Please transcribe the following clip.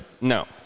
no